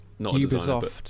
Ubisoft